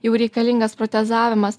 jau reikalingas protezavimas